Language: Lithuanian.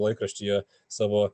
laikraštyje savo